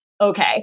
Okay